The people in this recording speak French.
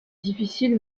difficile